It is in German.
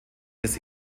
des